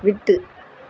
விட்டு